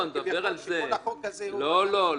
חשבתי שכל החוק הזה --- לא.